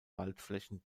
waldflächen